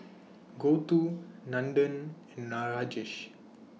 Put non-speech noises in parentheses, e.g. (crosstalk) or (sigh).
(noise) Gouthu Nandan and (unintelligible) Rajesh